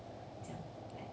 这样 like